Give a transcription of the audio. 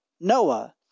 Noah